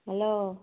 hello